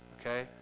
Okay